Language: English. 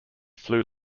flu